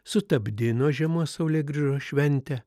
sutapdino žiemos saulėgrįžos šventę